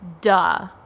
Duh